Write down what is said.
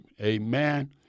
Amen